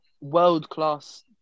world-class